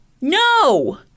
No